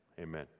amen